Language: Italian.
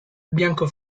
bianco